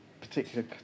particular